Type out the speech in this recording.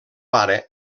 pare